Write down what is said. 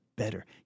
Better